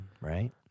right